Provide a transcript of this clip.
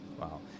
Wow